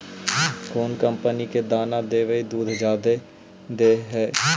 कौन कंपनी के दाना देबए से दुध जादा दे है?